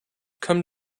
come